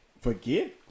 forget